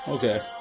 Okay